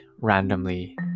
randomly